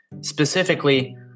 specifically